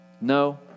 No